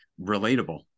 relatable